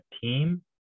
team